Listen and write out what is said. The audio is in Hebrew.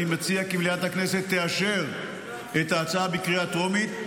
אני מציע כי מליאת הכנסת תאשר את ההצעה בקריאה הטרומית,